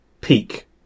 peak